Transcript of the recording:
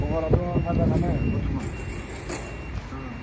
खबराथ' मोजांआनो बर्थ'मान